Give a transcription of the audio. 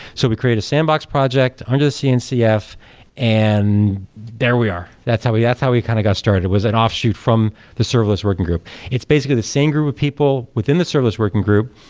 so we created a sandbox project under the cncf and there we are. that's how we yeah how we kind of got started. it was an offshoot from the serverless working group it's basically the same group of people within the serverless working group.